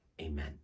Amen